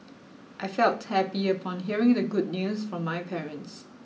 I felt happy upon hearing the good news from my parents